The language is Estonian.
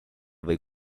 või